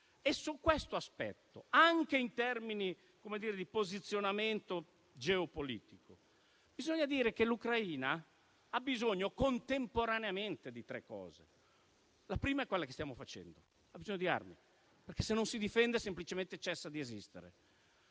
Su questo aspetto, anche in termini di posizionamento geopolitico, bisogna dire che l'Ucraina ha bisogno contemporaneamente di tre cose. Il primo bisogno, che stiamo soddisfacendo, è quello di armi, perché, se non si difende, semplicemente cessa di esistere.